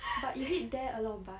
but is it there a lot of bus